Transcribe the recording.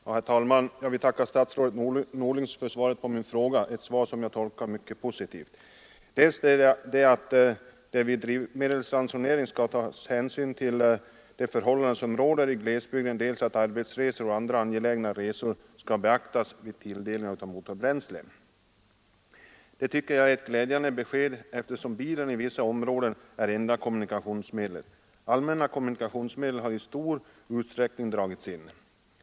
Herr talman! Jag vill tacka statsrådet Norling för svaret på min fråga — ett svar som jag tolkar som mycket positivt. Statsrådet säger i svaret dels att det vid en drivmedelsransonering skall tas hänsyn till de förhållanden som råder i glesbygden, dels att arbetsresor och andra angelägna resor skall beaktas vid tilldelning av motorbränsle. Detta tycker jag är glädjande besked, eftersom bilen i vissa områden är det enda kommunikationsmedlet. Allmänna kommunikationsmedel har i stor utsträckning dragits in.